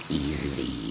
easily